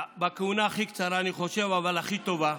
בכהונה הכי קצרה, אני חושב, אבל הכי טובה,